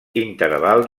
interval